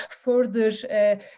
further